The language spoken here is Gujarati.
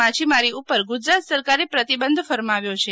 માછીમારી ઉપર ગુજરાત સરકારે પ્રતિબંધ ફરમાવ્યો છે